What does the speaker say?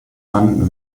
man